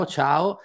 ciao